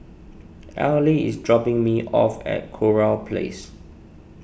Eli is dropping me off at Kurau Place